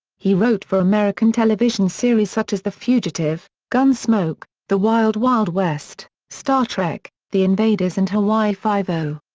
he wrote for american television series such as the fugitive, gunsmoke, the wild wild west, star trek, the invaders and hawaii five-o.